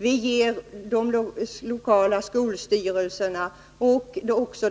Vi ger de lokala skolstyrelserna och